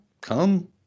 come